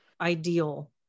ideal